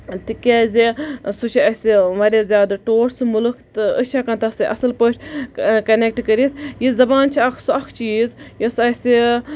تِکیازِ سُہ چھِ اسہِ واریاہ زیادٕ ٹوٹھ سُہ مُلُک تہٕ أسۍ چھِ ہٮ۪کان تَتھ سُہ اَصٕل پٲٹھۍ کَنٮ۪کٹ کٔرِتھ یہِ زَبان چھُ اکھ سُہ اکھ چیٖز یُس اَسہِ